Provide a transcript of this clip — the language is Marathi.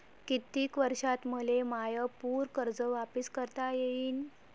कितीक वर्षात मले माय पूर कर्ज वापिस करता येईन?